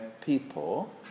people